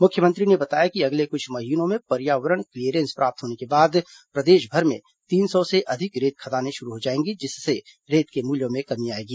मुख्यमंत्री ने बताया कि अगले कुछ महीनों में पर्यावरण क्लीयरेंस प्राप्त होने के बाद प्रदेशभर में तीन सौ से अधिक रेत खदानें शुरू हो जाएंगी जिससे रेत के मूल्यों में कमी आएगी